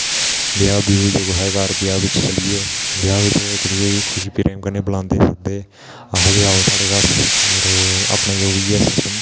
ब्याह् ब्यूह् होई गेआ कुसै दे घर ब्याह बिच्च चली गे ब्याह् बिच्च इक दुऐ गी खुशी प्रेम कन्नै बलांदे आखदे आओ साढ़े घर होर अपना जो बी ऐ सिस्टम